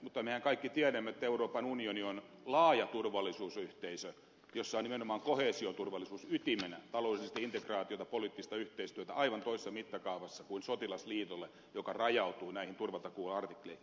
mutta mehän kaikki tiedämme että euroopan unioni on laaja turvallisuusyhteisö jossa on nimenomaan koheesioturvallisuus ytimenä taloudellista integraatiota poliittista yhteistyötä aivan toisessa mittakaavassa kuin sotilasliitolla joka rajautuu näihin turvatakuuartikloihin